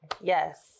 Yes